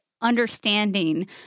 understanding